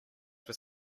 were